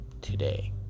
today